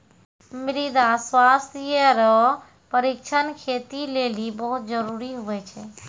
मृदा स्वास्थ्य रो परीक्षण खेती लेली बहुत जरूरी हुवै छै